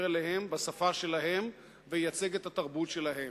אליהם בשפה שלהם וייצג את התרבות שלהם.